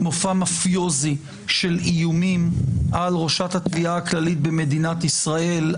מופע מפיוזי של איומים על ראשת התביעה הכללית במדינת ישראל,